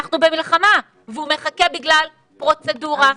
והוא מחכה בגלל פרוצדורה.